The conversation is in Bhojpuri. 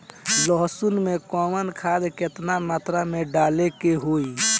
लहसुन में कवन खाद केतना मात्रा में डाले के होई?